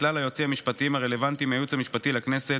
כלל היועצים המשפטיים הרלוונטיים מהייעוץ המשפטי לכנסת,